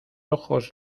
ojos